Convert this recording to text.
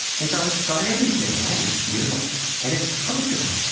and so it's got everything, right? it's beautiful and it's functional.